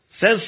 says